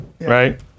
right